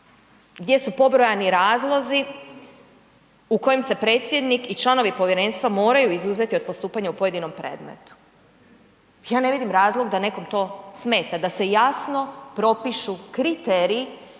gdje su pobrojani razlozi u kojem se predsjednik i članovi povjerenstva moraju izuzeti od postupanja u pojedinom predmetu? Ja ne vidim razlog da nekog to smeta, da se jasno propišu kriteriji